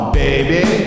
baby